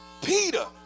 Peter